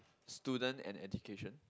student and education